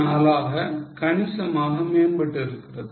24 என கணிசமாக மேம்பட்டு இருக்கிறது